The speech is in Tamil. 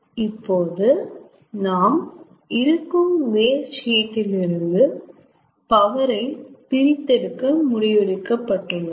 இப்போது நாம் இருக்கும் வேஸ்ட் ஹீட் இல் இருந்து பவர் ஐ பிரித்தெடுக்க முடிவெடுக்கப்பட்டுள்ளது